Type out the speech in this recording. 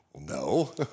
no